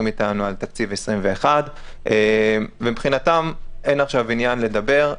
איתנו על תקציב 2021. מבחינתם אין עכשיו עניין לדבר,